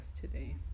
today